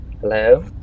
Hello